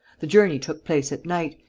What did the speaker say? the journey took place at night,